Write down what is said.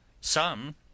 Some